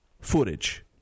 footage